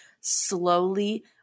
slowly